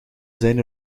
zijn